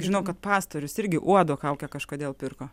žinau kad pastorius irgi uodo kaukę kažkodėl pirko